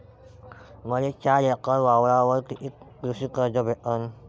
मले चार एकर वावरावर कितीक कृषी कर्ज भेटन?